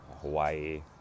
Hawaii